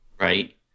Right